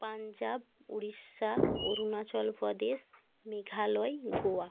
Punjab Orissa Arunachal Pradesh Meghalaya Goa